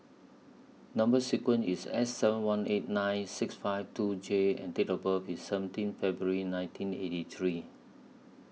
Number sequence IS S seven one eight nine six five two J and Date of birth IS seventeen February nineteen eighty three